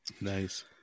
nice